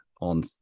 on